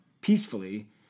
peacefully